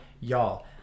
y'all